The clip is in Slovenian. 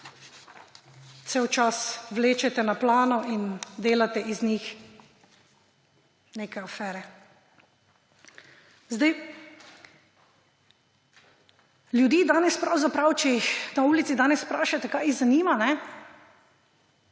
cel čas vlečete na plano in delat iz njih neke afere. Ljudi danes pravzaprav, če jih na ulici danes vprašate, kaj jih zanima, vam